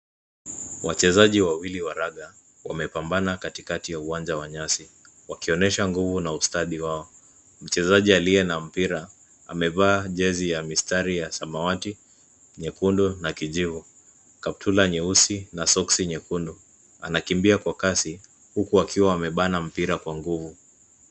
Wachezaji wawili wa raga wamepambana katikati ya uwanja wa nyasi. Wakionyesha nguvu na ustadi wao. Mchezaji aliye na mpira amevaa jezi ya mistari ya samawati, nyekundu na kijivu, kaptura nyeusi na soksi nyekundu. Anakimbia kwa kasi huku akiwa amebana mpira kwa nguvu.